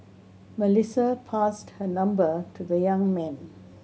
Melissa passed her number to the young man